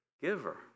giver